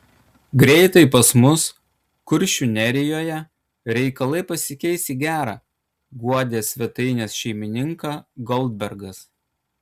greitai pas mus kuršių nerijoje reikalai pasikeis į gera guodė svetainės šeimininką goldbergas